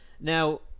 Now